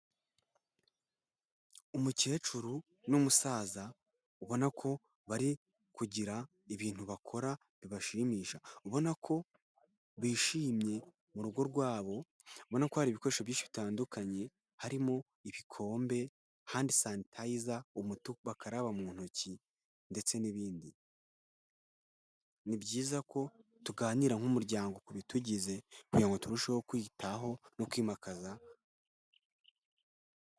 Umukecuru n'umusaza ubona ko bari kugira ibintu bakora bibashimisha, ubona ko bishimye mu rugo rwabo, ubona ko hari ibikoresho byinshi bitandukanye harimo ibikombe, handi sanitayiza, umuti bakaraba mu ntoki ndetse n'ibindi. Ni byiza ko tuganira nk'umuryango ku bitugize kugira ngo turusheho kwiyitaho no kwimakaza.